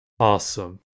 Awesome